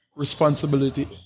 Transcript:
Responsibility